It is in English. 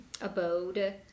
abode